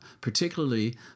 particularly